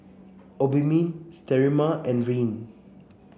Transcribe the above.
Obimin Sterimar and Rene